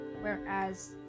whereas